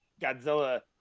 Godzilla